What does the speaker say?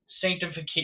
sanctification